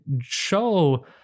show